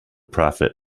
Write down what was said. prophet